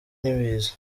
n’ibiza